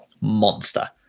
Monster